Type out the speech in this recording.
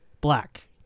Black